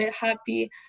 happy